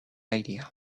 idea